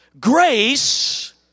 grace